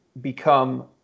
become